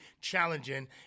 challenging